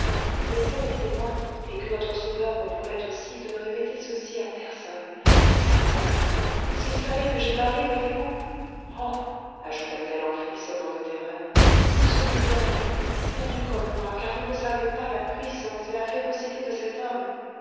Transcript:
mais promettez-moi et que notre sauveur me promette aussi de ne répéter ceci à personne à personne s'il savait que j'ai parlé voyez-vous oh ajouta-t-elle en frissonnant de terreur vous seriez perdus perdus comme moi car vous ne savez pas la puissance et la férocité de cet homme